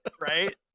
right